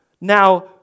Now